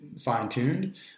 fine-tuned